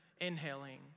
inhaling